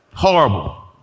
horrible